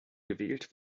gewählt